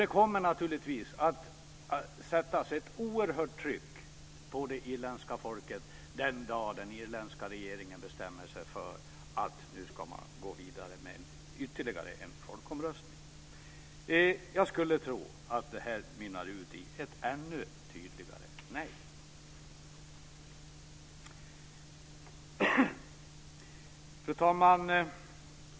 Det kommer naturligtvis att sättas ett oerhört tryck på det irländska folket den dagen som den irländska regeringen bestämmer sig för att man ska gå vidare med ytterligare en folkomröstning. Jag skulle tro att detta mynnar ut i ett ännu tydligare nej. Fru talman!